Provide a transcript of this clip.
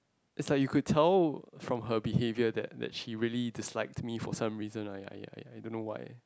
it's like you could tell from her behaviour that that she really dislike me for for some reason I I I don't know why